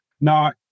Now